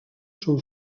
són